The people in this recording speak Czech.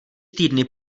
týdny